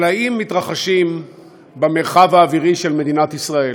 פלאים מתרחשים במרחב האווירי של מדינת ישראל.